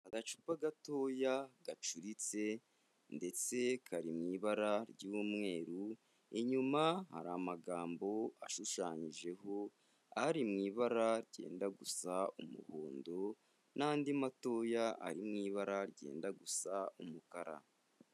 Agacupa gatoya gacuritse ndetse kari mu ibara ry'umweru, inyuma hari amagambo ashushanyijeho, ari mu ibara ryenda gusa umuhondo n'andi matoya ari mu ibara ryenda gusa umukara.